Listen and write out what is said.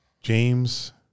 James